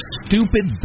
stupid